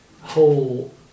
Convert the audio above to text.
whole